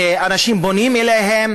שאנשים פונים אליהם